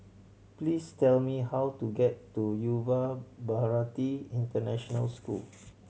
please tell me how to get to Yuva Bharati International School